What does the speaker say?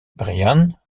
bryan